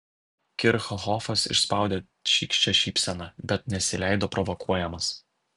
kirchhofas išspaudė šykščią šypseną bet nesileido provokuojamas